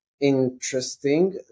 interesting